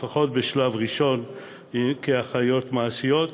לפחות בשלב ראשון כאחיות מעשיות,